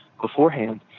beforehand